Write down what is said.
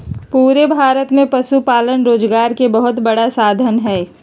पूरे भारत में पशुपालन रोजगार के बहुत बड़ा साधन हई